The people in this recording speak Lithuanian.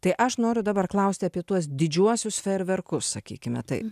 tai aš noriu dabar klausti apie tuos didžiuosius fejerverkus sakykime taip